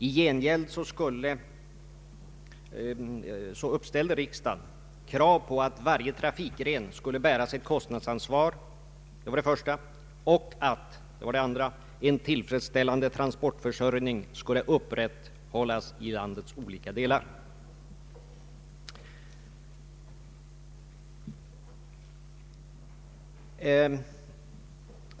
I gengäld uppställde riksdagen för det första krav på att varje trafikgren skulle bära sitt kostnadsansvar och för det andra att en tillfredsställande transportförsörjning skulle upprätthållas i landets olika delar.